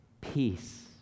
peace